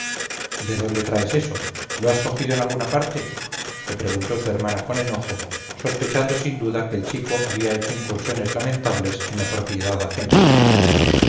de dónde traes eso lo has cogido en alguna parte le preguntó su hermana con enojo sospechando sin duda que el chico había hecho incursiones lamentables en la propiedad ajena